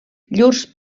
llurs